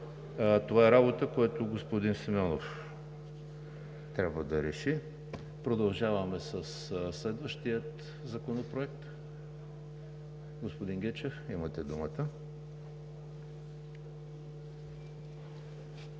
Това е работа, която господин Симеонов трябва да реши. Продължаваме със следващия законопроект. Господин Гечев, имате думата.